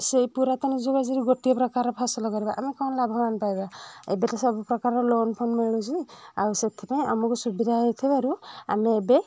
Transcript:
ସେଇ ପୁରାତନ ଯୁଗ ଗୋଟିଏ ପ୍ରକାର ର ଫସଲ କରିବା ଆମେ କ'ଣ ଲାଭ ଆମେ ପାଇବା ଏବେ ତ ସବୁ ପ୍ରକାରର ଲୋନ ଫୋନ ମିଳୁଛି ଆଉ ସେଥିପାଇଁ ଆମକୁ ସୁବିଧା ହେଇଥିବାରୁ ଆମେ ଏବେ